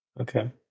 Okay